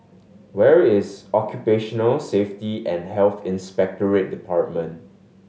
where is Occupational Safety and Health Inspectorate Department